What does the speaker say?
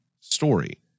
story